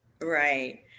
right